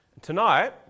tonight